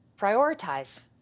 prioritize